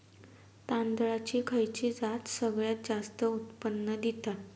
तांदळाची खयची जात सगळयात जास्त उत्पन्न दिता?